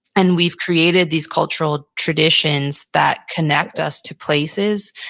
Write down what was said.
and we've created these cultural traditions that connect us to places.